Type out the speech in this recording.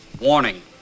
Warning